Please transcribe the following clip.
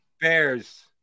Bears